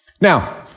Now